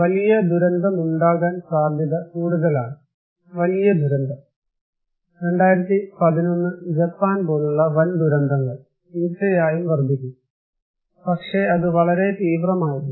വലിയ ദുരന്തമുണ്ടാകാൻ സാധ്യത കൂടുതലാണ് വലിയ ദുരന്തം 2011 ജപ്പാൻ പോലുള്ള വൻ ദുരന്തങ്ങൾ തീർച്ചയായും വർദ്ധിക്കും പക്ഷേ അത് വളരെ തീവ്രമായിരുന്നു